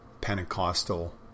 Pentecostal